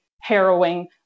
harrowing